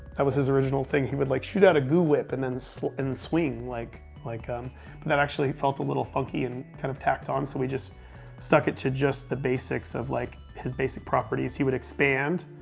that was his original thing. he would like shoot out a goo whip and so and swing, like like um but that actually felt a little funky and kind of tacked on, so we just stuck it to just the basics of like, his basic properties. he would expand,